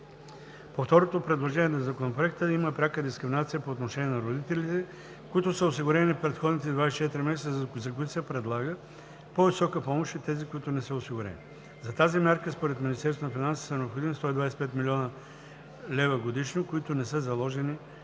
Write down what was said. По второто предложение от Законопроекта има пряка дискриминация по отношение на родителите, които са осигурени в предходните 24 месеца, за които се предлага по-високата помощ и тези, които не са осигурени. За тази мярка според Министерството на финансите са необходими 125 млн. лв. годишно, които не са заложени